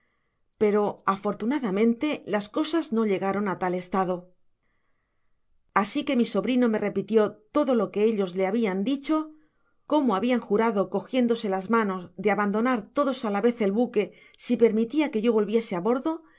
pero afortunadamente las cosas no llegaron á tal estado asi que mi sobrino me repitió todo lo que elles le habian dicho cómo habian jurado cogiéndose las manos de abandonar todos á la vez el buque s permitía que yo volviese á bordo